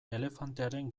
elefantearen